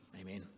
Amen